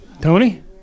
Tony